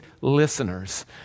listeners